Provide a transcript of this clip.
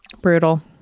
Brutal